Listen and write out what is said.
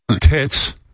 Tits